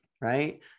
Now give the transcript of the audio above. right